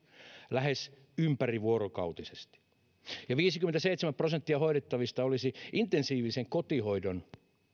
lähes ympärivuorokautisesti ja viisikymmentäseitsemän prosenttia hoidettavista olisi intensiivisen kotihoidon